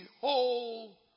whole